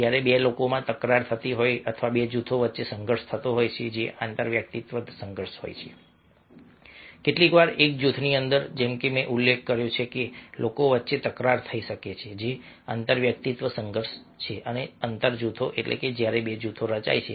જ્યારે 2 લોકોમાં તકરાર થતી હોય અથવા 2 જૂથો વચ્ચે સંઘર્ષ થતો હોય જે આંતરવ્યક્તિત્વ સંઘર્ષ હોય છે કેટલીકવાર એક જૂથની અંદર જેમ કે મેં ઉલ્લેખ કર્યો છે કે લોકો વચ્ચે તકરાર થઈ શકે છે જે આંતરવ્યક્તિત્વ સંઘર્ષ છે અને આંતર જૂથ એટલે કે જ્યારે બે જૂથો રચાયા છે